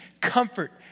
comfort